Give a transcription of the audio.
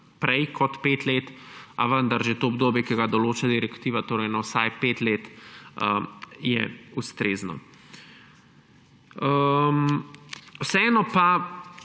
prej kot 5 let, a vendar že to obdobje, ki ga določa direktiva, torej na vsaj 5 let, je ustrezno. Vseeno pa